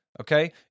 Okay